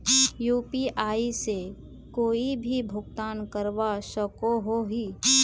UPI से कोई भी भुगतान करवा सकोहो ही?